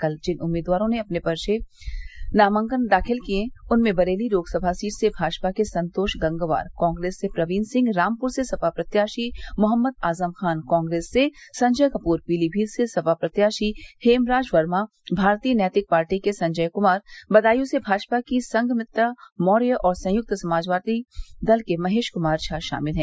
कल जिन उम्मीदवारों ने अपने नामांकन दाखिल किये उनमें बरेली लोकसभा सीट से भाजपा के संतोष गंगवार कांग्रेस से प्रवीन सिंह रामपुर से सपा प्रत्याशी मोहम्मद आजम खान कांग्रेस से संजय कपूर पीलीभीत से सपा प्रत्याशी हेमराज वर्मा भारतीय नैतिक पार्टी के संजय कमार बदायूं से भाजपा की संघमित्रा मौर्य और संयक्त समाजवादी दल के महेश कुमार झा शामिल है